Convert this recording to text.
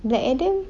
black adam